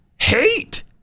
Hate